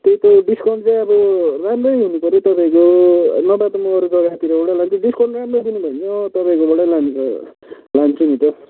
त्यही त हौ डिसाउन्ट चाहिँ अब राम्रै हुनुपऱ्यो तपाईँको नभए त म अरू जग्गातिरबाटै लान्छु डिसकाउन्ट राम्रो दिनुभयो भने चाहिँ तपाईँकोबाटै लान्छ लान्छु नि त